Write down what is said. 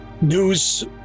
news